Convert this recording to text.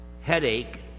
headache